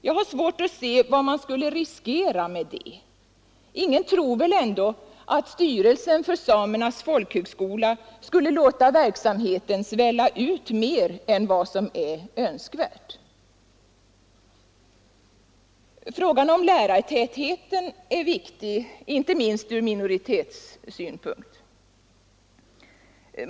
Jag har svårt att se vad man skulle riskera med det. Ingen tror väl ändå att styrelsen för Samernas folkhögskola skulle låta verksamheten svälla ut mer än vad som är önskvärt. Frågan om lärartätheten är viktig inte minst från minoritetssynpunkt.